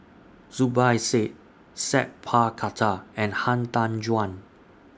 Zubir Said Sat Pal Khattar and Han Tan Juan